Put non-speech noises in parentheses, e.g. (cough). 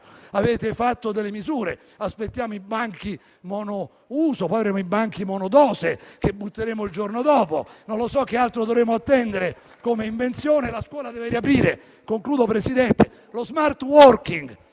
avete preso delle misure; aspettiamo i banchi monouso, poi faremo i banchi monodose che butteremo il giorno dopo; non so che altro dovremmo attendere come invenzione. La scuola deve riaprire. (applause) Concludo, Presidente: lo *smart working*